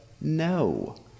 No